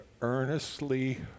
earnestly